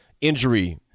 injury